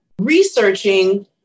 researching